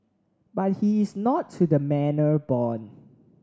but he is not to the manor born